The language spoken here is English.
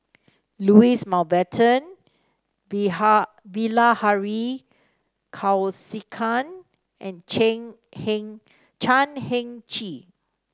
Louis Mountbatten Bilahari Kausikan and Heng Chan Heng Chee